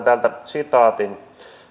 täältä sitaatin